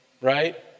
right